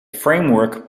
framework